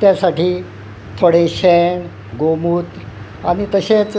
त्या साठी थोडें शेण गौमूत आनी तशेंच